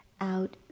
out